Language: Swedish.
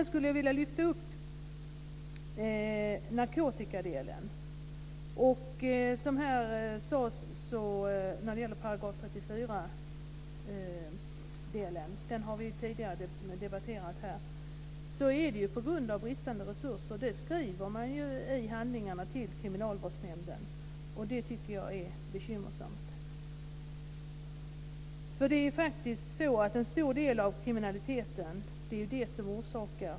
Så till narkotikafrågan. Vi har ju tidigare debatterat § 34-frågan. I handlingarna till kriminalvårdsnämnden skriver man att det är resursbrist. Det tycker jag är bekymmersamt.